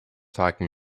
talking